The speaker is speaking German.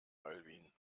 alwin